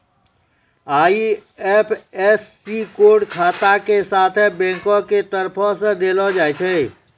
IFSC code खाता के साथे बैंको के तरफो से देलो जाय छै